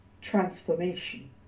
transformation